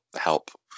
help